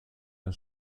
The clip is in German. der